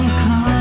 come